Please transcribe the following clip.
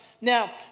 Now